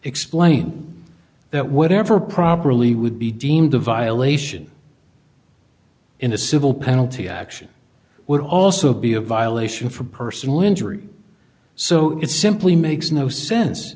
explained that whatever properly would be deemed a violation in a civil penalty action would also be a violation for personal injury so it simply makes no